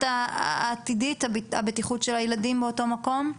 הבטיחות העתידית של הילדים באותו המקום?